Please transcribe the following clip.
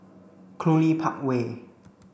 Cluny Park Way